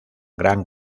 gran